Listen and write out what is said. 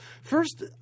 First